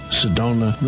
sedona